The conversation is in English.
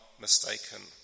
mistaken